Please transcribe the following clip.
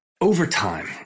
overtime